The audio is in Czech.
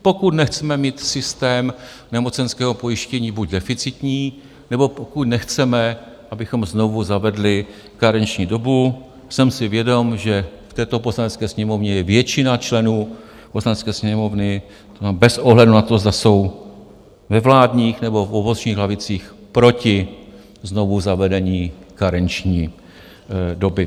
Pokud nechceme mít systém nemocenského pojištění buď deficitní, nebo pokud nechceme, abychom znovu zavedli karenční dobu, jsem si vědom, že v této Poslanecké sněmovně je většina členů Poslanecké sněmovny bez ohledu na to, zda jsou ve vládních nebo v bočních lavicích proti znovuzavedení karenční doby.